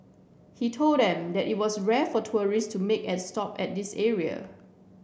he told them that it was rare for tourists to make a stop at this area